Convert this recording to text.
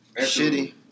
Shitty